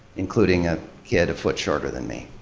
including a kid a foot shorter than me.